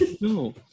No